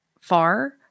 far